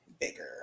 bigger